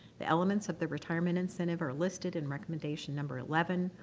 the elements of the retirement incentive are listed in recommendation number eleven,